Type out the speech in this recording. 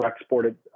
exported